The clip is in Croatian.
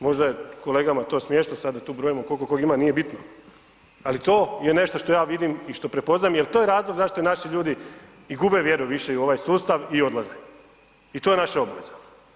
Možda je kolegama to smiješno sad da tu brojimo koliko tko ima, nije bitno, ali to je nešto što ja vidim i što prepoznajem jel to je razlog zašto naši ljudi i gube vjeru više i u ovaj sustav i odlaze i to je naša obaveza.